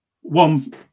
one